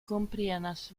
komprenas